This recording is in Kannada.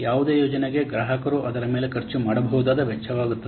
ಯಾವುದೇ ಯೋಜನೆಗೆ ಗ್ರಾಹಕರು ಅದರ ಮೇಲೆ ಖರ್ಚು ಮಾಡಬಹುದಾದ ವೆಚ್ಚವಾಗುತ್ತದೆ